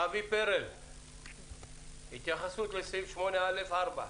אבי פרל, בבקשה, התייחסות לסעיף 8(א)(4).